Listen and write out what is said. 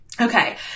Okay